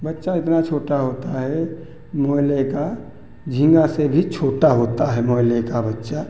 बच्चा इतना छोटा होता है मोयले का झींगा से भी छोटा होता है मोयले का बच्चा